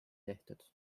tehtud